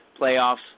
playoffs